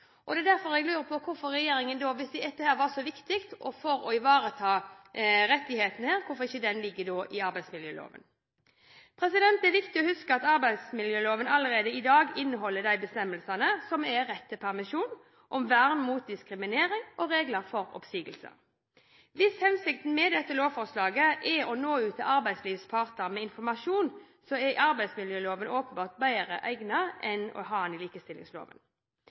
så viktig for å ivareta rettighetene, ikke legger dette til arbeidsmiljøloven. Det er viktig å huske at arbeidsmiljøloven allerede i dag inneholder bestemmelser om rett til permisjon, om vern mot diskriminering og regler for oppsigelse. Hvis hensikten med dette lovforslaget er å nå ut til arbeidslivets parter med informasjon, er arbeidsmiljøloven åpenbart bedre egnet enn likestillingsloven. I tillegg legger regjeringen, slik Fremskrittspartiet ser det, opp til at lovendringen i likestillingsloven